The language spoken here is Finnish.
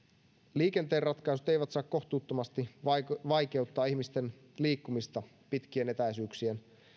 liikenteen ratkaisut eivät saa kohtuuttomasti vaikeuttaa vaikeuttaa ihmisten liikkumista pitkien etäisyyksien